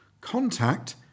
Contact